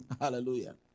Hallelujah